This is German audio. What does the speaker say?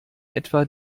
etwa